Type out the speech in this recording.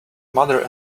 mother